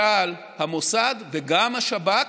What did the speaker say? צה"ל, המוסד וגם השב"כ,